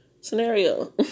Scenario